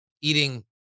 eating